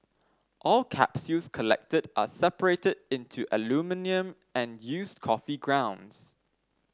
all capsules collected are separated into aluminium and used coffee grounds